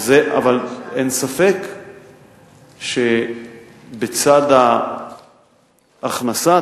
אין ספק שבצד ההכנסה,